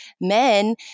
men